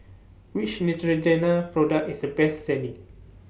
Which Neutrogena Product IS The Best Selling